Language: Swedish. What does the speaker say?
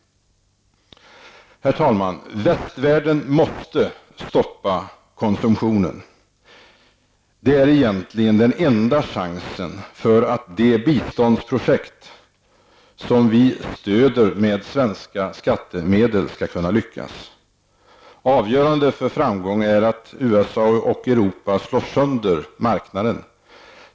Herr talman! Västvärlden måste stoppa konsumtionen! Det är egentligen den enda chansen för att de biståndsprojekt som vi stöder med svenska skattemedel skall kunna lyckas. Avgörande för framgången är att USA och Europa slår sönder marknaden.